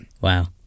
Wow